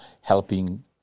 helping